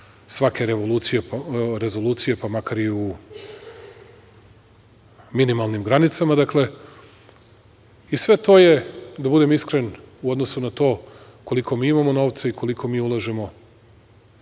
svake rezolucije, pa makar i u minimalnim granicama. Sve je to, da budem iskren u odnosu na to koliko mi imamo novca i koliko mi ulažemo,